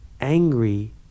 angry